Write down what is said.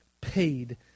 paid